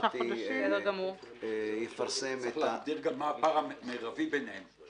לדעתי --- צריך גם להגדיר מה הפער המרבי ביניהם,